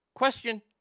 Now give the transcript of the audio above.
Question